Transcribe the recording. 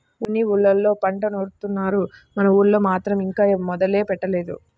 అన్ని ఊర్లళ్ళోనూ పంట నూరుత్తున్నారు, మన ఊళ్ళో మాత్రం ఇంకా మొదలే పెట్టలేదు